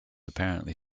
apparently